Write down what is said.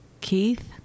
Keith